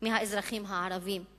מהאזרחים הערבים,